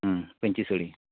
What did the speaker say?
ᱯᱟᱹᱧᱪᱤ ᱥᱟᱹᱲᱤ